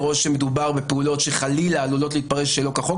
או שמדובר בפעולות שחלילה עלולות להתפרש שלא כחוק,